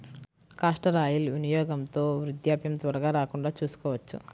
castor oil వినియోగంతో వృద్ధాప్యం త్వరగా రాకుండా చూసుకోవచ్చు